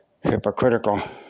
hypocritical